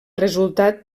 resultat